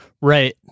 right